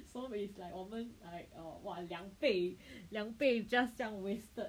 so it's like 我们 like err !wow! 两倍两倍 just 这样 wasted